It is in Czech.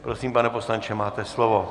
Prosím, pane poslanče, máte slovo.